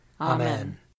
Amen